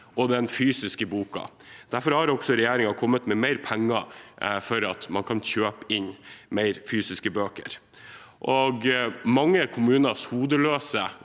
og den fysiske boka. Derfor har også regjeringen kommet med mer penger for at man kan kjøpe inn flere fysiske bøker. Mange kommuners hodeløse